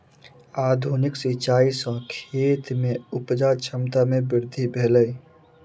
आधुनिक सिचाई सॅ खेत में उपजा क्षमता में वृद्धि भेलै